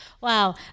Wow